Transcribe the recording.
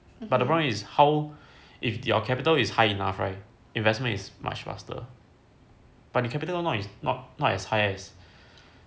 but the problem is how if your capital is high enough right investment is much faster but the capital or not as high as